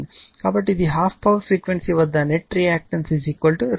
కాబట్టి ఇది half power frequency వద్ద నెట్ రియాక్టన్స్ రెసిస్టర్